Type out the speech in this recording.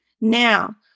Now